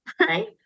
right